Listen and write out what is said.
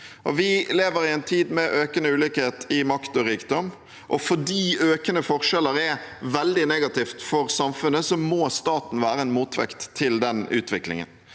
Vi lever i en tid med økende ulikhet i makt og rikdom, og fordi økende forskjeller er veldig negativt for samfunnet, må staten være en motvekt til den utviklingen.